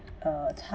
ah t~